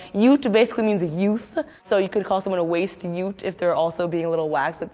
yute basically means youth. so you could call someone a waste and yute if they're also being a little whack. so,